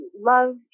love